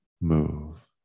move